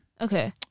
Okay